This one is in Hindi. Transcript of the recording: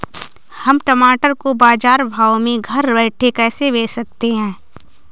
हम टमाटर को बाजार भाव में घर बैठे कैसे बेच सकते हैं?